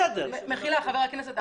מחילה, חבר הכנסת עבאס.